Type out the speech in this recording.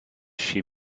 she